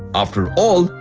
after all,